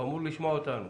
זה היה בעצם